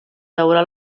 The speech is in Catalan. veure